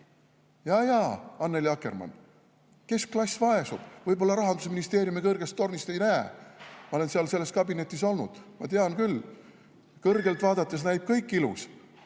Jaa-jaa, Annely Akkermann, keskklass vaesub. Võib-olla Rahandusministeeriumi kõrgest tornist seda ei näe. Ma olen selles kabinetis olnud, ma tean küll, et kõrgelt vaadates näib kõik ilus.